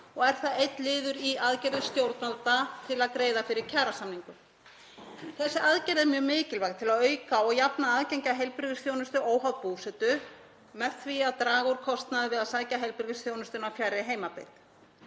og er það einn liður í aðgerðum stjórnvalda til að greiða fyrir kjarasamningum. Þessi aðgerð er mjög mikilvæg til að auka og jafna aðgengi að heilbrigðisþjónustu óháð búsetu, með því að draga úr kostnaði við að sækja heilbrigðisþjónustu fjarri heimabyggð.